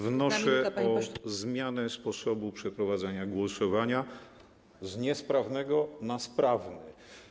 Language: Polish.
Wnoszę o zmianę sposobu przeprowadzania głosowania z niesprawnego na sprawny.